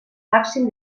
màxim